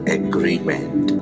agreement